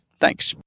Thanks